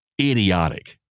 idiotic